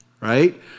Right